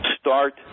start